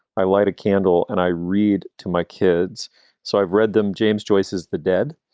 i light a candle and i read to my kids so i've read them. james joyce's the dead